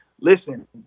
listen